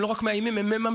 הם לא רק מאיימים, הם מממשים,